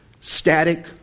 static